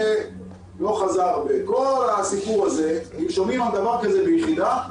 אם שומעים על דבר כזה ביחידה,